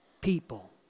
people